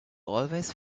always